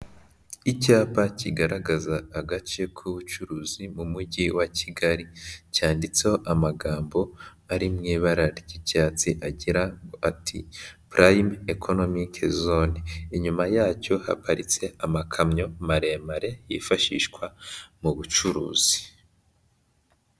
Icyapa kigaragaza agace k'ubucuruzi mu Mujyi wa Kigali. Cyanditseho amagambo ari mu ibara ry'icyatsi agira ati: "Prime Economic Zone". Inyuma yacyo haparitse amakamyo maremare yifashishwa mu bucuruzi.